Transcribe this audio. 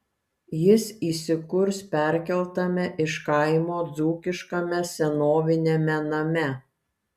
jis įsikurs perkeltame iš kaimo dzūkiškame senoviniame name